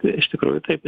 tai iš tikrųjų taip